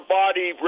body